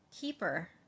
Keeper